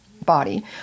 Body